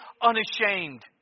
unashamed